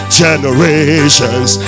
generations